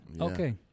Okay